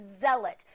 zealot